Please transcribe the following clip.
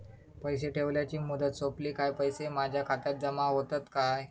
पैसे ठेवल्याची मुदत सोपली काय पैसे माझ्या खात्यात जमा होतात काय?